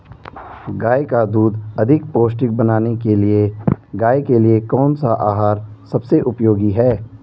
गाय का दूध अधिक पौष्टिक बनाने के लिए गाय के लिए कौन सा आहार सबसे उपयोगी है?